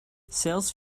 sales